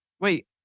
Wait